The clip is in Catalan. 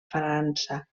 frança